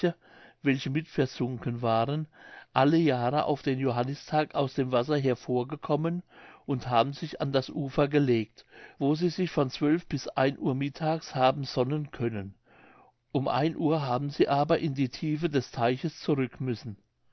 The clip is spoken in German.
welche mit versunken waren alle jahre auf den johannistag aus dem wasser hervorgekommen und haben sich an das ufer gelegt wo sie sich von zwölf bis ein uhr mittags haben sonnen können um ein uhr haben sie aber in die tiefe des teiches zurück müssen